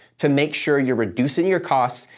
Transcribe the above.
to make sure you're reducing your costs,